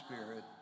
spirit